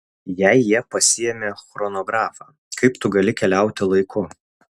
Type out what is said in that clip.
jei jie pasiėmė chronografą kaip tu gali keliauti laiku